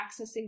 accessing